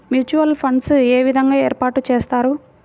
Mutual funds ఏ విధంగా ఏర్పాటు చేస్తారు?